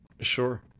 sure